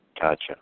Gotcha